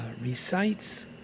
recites